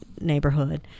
neighborhood